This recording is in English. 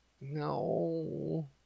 No